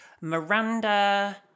Miranda